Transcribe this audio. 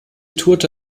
tourte